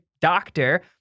doctor